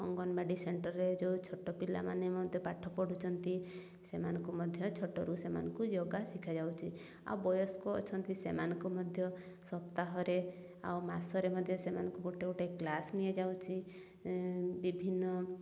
ଅଙ୍ଗନ୍ୱାଡ଼ି ସେଣ୍ଟର୍ରେ ଯେଉଁ ଛୋଟ ପିଲାମାନେ ମଧ୍ୟ ପାଠ ପଢ଼ୁଛନ୍ତି ସେମାନଙ୍କୁ ମଧ୍ୟ ଛୋଟରୁ ସେମାନଙ୍କୁ ଯୋଗା ଶିଖାଯାଉଛି ଆଉ ବୟସ୍କ ଅଛନ୍ତି ସେମାନଙ୍କୁ ମଧ୍ୟ ସପ୍ତାହରେ ଆଉ ମାସରେ ମଧ୍ୟ ସେମାନଙ୍କୁ ଗୋଟେ ଗୋଟେ କ୍ଲାସ୍ ନିଆଯାଉଛି ବିଭିନ୍ନ